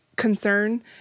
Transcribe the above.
concern